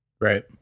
right